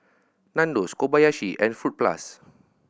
Nandos Kobayashi and Fruit Plus